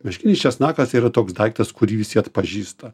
meškinis česnakas yra toks daiktas kurį visi atpažįsta